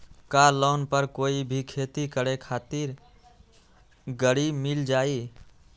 का लोन पर कोई भी खेती करें खातिर गरी मिल जाइ?